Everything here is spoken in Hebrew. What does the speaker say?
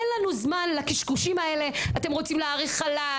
אין לנו זמן לקשקושים האלה אתם רוצים להאריך חל"ת,